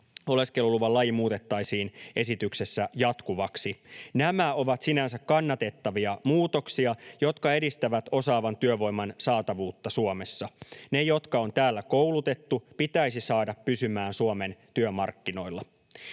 oleskeluluvan laji muutettaisiin esityksessä jatkuvaksi. Nämä ovat sinänsä kannatettavia muutoksia, jotka edistävät osaavan työvoiman saatavuutta Suomessa. Ne, jotka on täällä koulutettu, pitäisi saada pysymään Suomen työmarkkinoilla.